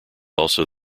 also